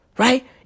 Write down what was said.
Right